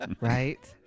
Right